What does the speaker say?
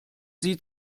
sie